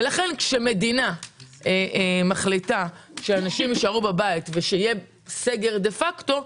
לכן כאשר מדינה מחליטה שאנשים יישארו בבית ויהיה סגר דה פקטו,